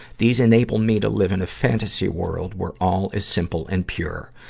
these enable me to live in a fantasy world, where all is simple and pure.